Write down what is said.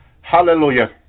Hallelujah